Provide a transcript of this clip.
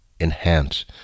enhance